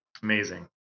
Amazing